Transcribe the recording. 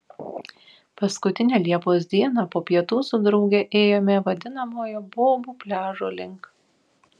paskutinę liepos dieną po pietų su drauge ėjome vadinamojo bobų pliažo link